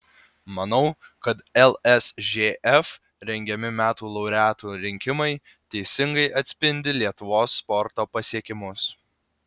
manau kad lsžf rengiami metų laureatų rinkimai teisingai atspindi lietuvos sporto pasiekimus